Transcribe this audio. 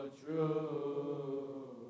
true